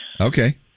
Okay